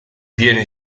viene